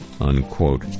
Unquote